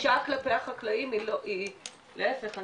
בת לחקלאי מדלתון.